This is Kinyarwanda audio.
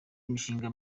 imishinga